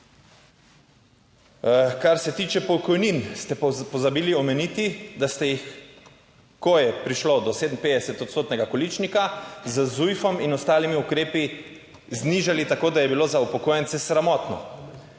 Kar se tiče pokojnin, ste pozabili omeniti, da ste jih, ko je prišlo do 57 odstotnega količnika, z ZUJF-om in ostalimi ukrepi znižali. tako da je bilo za upokojence sramotno.